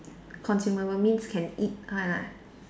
consumable means can eat one ah